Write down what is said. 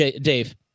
Dave